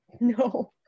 No